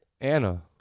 anna